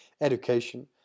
education